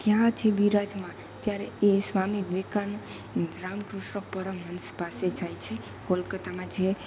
ક્યાં છે બિરાજમાન ત્યારે એ સ્વામી વિવેકાનંદ રામકૃષ્ણ પરમહંસ પાસે જાય છે કોલકતામાં જે